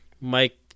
Mike